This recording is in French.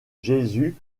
jésus